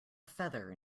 feather